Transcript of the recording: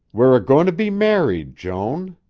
we're a-goin to be married, joan